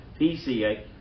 PCA